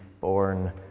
born